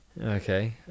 Okay